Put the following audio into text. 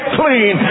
clean